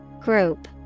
Group